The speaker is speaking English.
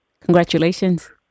Congratulations